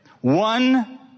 one